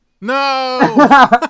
No